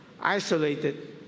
isolated